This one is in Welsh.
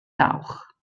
dawch